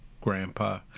grandpa